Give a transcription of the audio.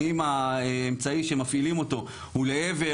האם האמצעי שמפעילים אותו הוא לעבר